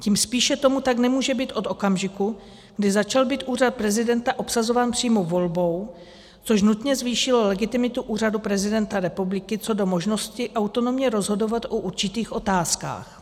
Tím spíše tomu tak nemůže být od okamžiku, kdy začal být úřad prezidenta obsazován přímou volbou, což nutně zvýšilo legitimitu úřadu prezidenta republiky co do možnosti autonomně rozhodovat o určitých otázkách.